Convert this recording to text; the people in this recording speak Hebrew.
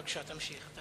בבקשה תמשיך.